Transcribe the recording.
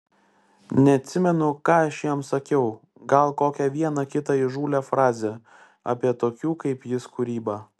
neatsimenu ką aš jam sakiau gal kokią vieną kitą įžūlią frazę apie tokių kaip jis kūrybą